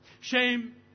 Shame